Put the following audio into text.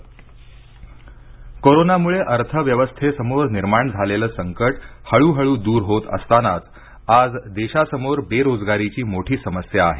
FICCI Gadkari कोरोनामुळे अर्थव्यवस्थेसमोर निर्माण झालेलं संकट हळूहळू दूर होत असतानाच आज देशासमोर बेरोजगारीची मोठी समस्या आहे